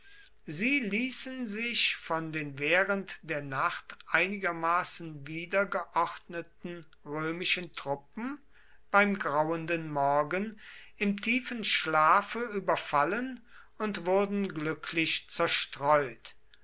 sie ließen sich von den während der nacht einigermaßen wiedergeordneten römischen truppen beim grauenden morgen im tiefen schlafe überfallen und wurden glücklich zerstreut